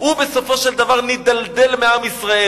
הוא בסופו של דבר נידלדל מעם ישראל,